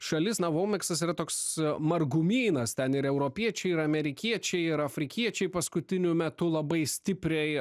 šalis na vaumekstas yra toks margumynas ten ir europiečiai ir amerikiečiai ir afrikiečiai paskutiniu metu labai stipriai